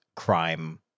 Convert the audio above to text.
crime